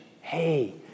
Hey